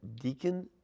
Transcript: Deacon